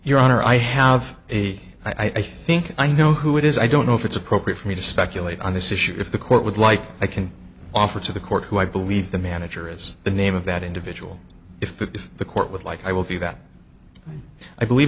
honor i have a i think i know who it is i don't know if it's appropriate for me to speculate on this issue if the court would like i can offer to the court who i believe the manager is the name of that individual if if the court would like i will do that i believe